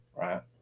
Right